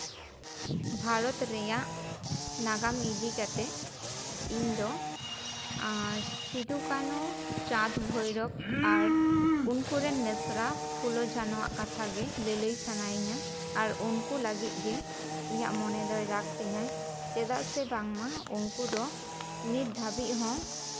ᱵᱷᱟᱨᱚᱛ ᱨᱮᱭᱟᱜ ᱱᱟᱜᱟᱢ ᱤᱫᱤ ᱠᱟᱛᱮᱫ ᱤᱧ ᱫᱚ ᱥᱤᱫᱩ ᱠᱟᱹᱱᱩ ᱪᱟᱸᱫᱽ ᱵᱷᱳᱭᱨᱚᱵᱽ ᱟᱨ ᱩᱱᱠᱩ ᱨᱮᱱ ᱢᱤᱥᱨᱟ ᱯᱷᱩᱞᱳ ᱡᱷᱟᱱᱚᱣᱟᱜ ᱠᱟᱛᱷᱟᱜᱮ ᱞᱟᱹᱞᱟᱹᱭ ᱥᱟᱱᱟᱭᱤᱧᱟ ᱟᱨ ᱩᱱᱠᱩ ᱞᱟᱹᱜᱤᱫ ᱜᱮ ᱤᱧᱟᱹᱜ ᱢᱚᱱᱮ ᱫᱚᱭ ᱨᱟᱜ ᱛᱤᱧᱟᱭ ᱪᱮᱫᱟᱜ ᱥᱮ ᱵᱟᱝ ᱢᱟ ᱩᱱᱠᱩ ᱫᱚ ᱱᱤᱛ ᱫᱷᱟᱹᱵᱤᱡ ᱦᱚᱸ